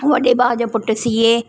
वॾे भा जो पुटु सी ए